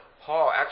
Paul